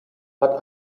hat